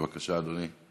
בבקשה, אדוני.